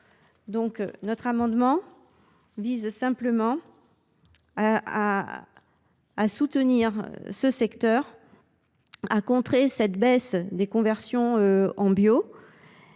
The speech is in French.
Notre amendement vise ainsi à soutenir ce secteur, à contrer la baisse des conversions en bio